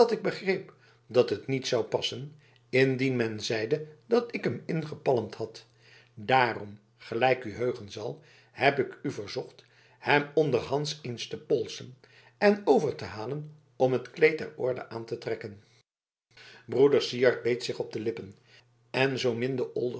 ik begreep dat het niet zou passen indien men zeide dat ik hem ingepalmd had daarom gelijk u heugen zal heb ik u verzocht hem ondershands eens te polsen en over te halen om het kleed der orde aan te trekken broeder syard beet zich op de lippen en